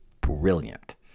brilliant